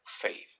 faith